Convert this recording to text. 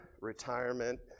retirement